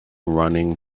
running